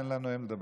תן לנואם לדבר.